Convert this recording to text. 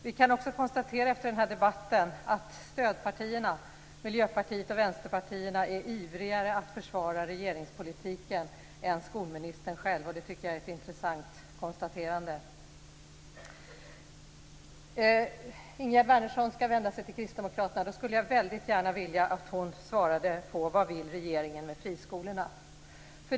Efter den här debatten kan vi konstatera att stödpartierna, Miljöpartiet och Vänsterpartiet, är ivrigare att försvara regeringspolitiken än skolministern själv. Det är ett intressant konstaterande. Ingegerd Wärnersson har sagt att hon ska vända sig till Kristdemokraterna. Då skulle jag gärna vilja att hon svarade på vad regeringen vill med friskolorna.